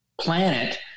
planet